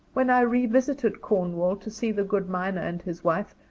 when i revisited cornwall, to see the good miner and his wife,